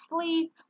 sleep